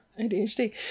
ADHD